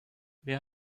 wer